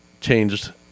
changed